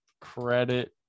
Credit